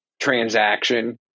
transaction